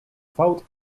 fałd